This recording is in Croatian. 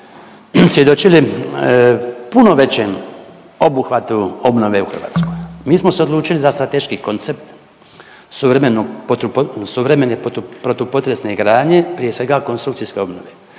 svjedočili puno većem obuhvatu obnove u Hrvatskoj. Mi smo se odlučili za strateški koncept suvremenog protu… suvremene protupotresne gradnje prije svega konstrukcijske obnove